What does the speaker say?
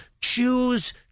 choose